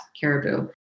Caribou